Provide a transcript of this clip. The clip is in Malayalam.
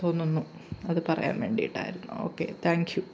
തോന്നുന്നു അത് പറയാൻ വേണ്ടിട്ടായിരുന്നു ഓക്കെ താങ്ക് യൂ